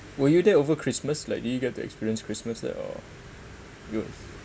were you there over christmas like do you get to experience christmas there or you